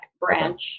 branch